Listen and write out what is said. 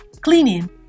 Cleaning